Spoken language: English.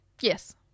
Yes